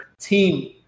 team